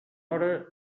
hora